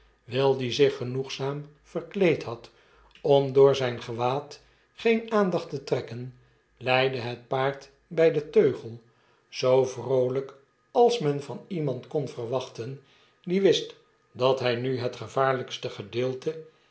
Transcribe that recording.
will die zich genoegzaam verkleed had om door zjn gewaad geen aandacht te trekken leidde het paard by den teugel zoo vroolp als men van iemarld kon verwachten die wist dat hfl nu het gevaaripste gedeelte